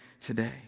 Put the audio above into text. today